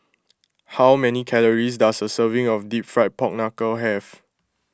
how many calories does a serving of Deep Fried Pork Knuckle have